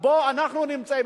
שבו אנחנו נמצאים,